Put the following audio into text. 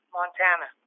Montana